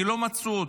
כי לא מצאו אותי.